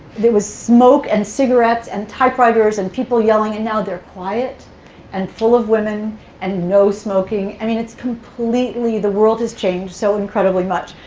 there was smoke and cigarettes and typewriters and people yelling. and now they're quiet and full of women and no smoking. i mean, it's completely the world has changed so incredibly much.